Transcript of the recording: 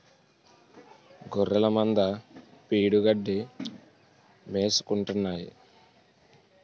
గొఱ్ఱెలమంద బీడుగడ్డి మేసుకుంటాన్నాయి